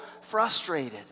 frustrated